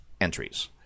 entries